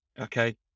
Okay